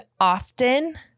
often